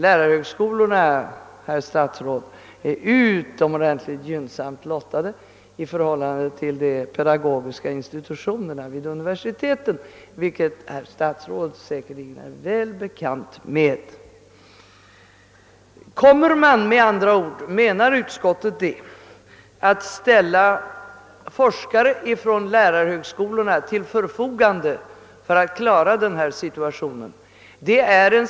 Lärarhögskolorna är, herr statsråd, utomordentligt gynnsamt lottade i förhållande till de pedagogiska institutionerna vid universiteten, vilket statsrådet säkerligen väl känner till. Menar utskottet att man kommer att ställa forskare från lärarhögskolorna till förfogande för att klara denna sitation?